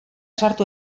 sartu